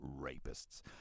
rapists